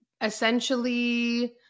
essentially